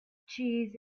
cheese